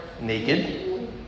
naked